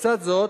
בצד זאת,